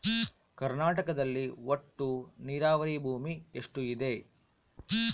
ಕರ್ನಾಟಕದಲ್ಲಿ ಒಟ್ಟು ನೇರಾವರಿ ಭೂಮಿ ಎಷ್ಟು ಇದೆ?